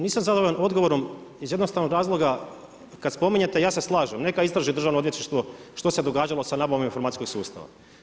Nisam zadovoljan odgovorom iz jednostavnog razloga, kad spominjete ja se slažem neka istraži Državno odvjetništvo što se događalo sa nabavom informacijskog sustava.